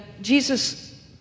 Jesus